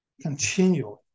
continually